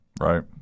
Right